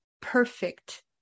perfect